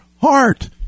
heart